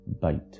Bite